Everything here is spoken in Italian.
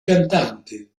cantante